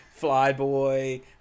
Flyboy